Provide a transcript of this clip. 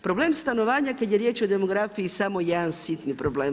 Problem stanovanja kada je riječ o demografiji je samo jedan sitni problem.